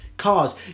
Cars